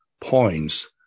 points